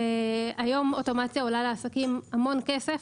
היום, אוטומציה עולה לעסקים המון כסף.